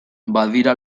badira